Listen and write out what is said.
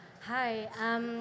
Hi